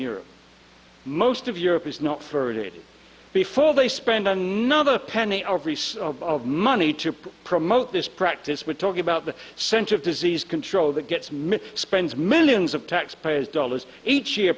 europe most of europe is not for it before they spend another penny of money to promote this practice we're talking about the center of disease control that gets me spends millions of taxpayers dollars each year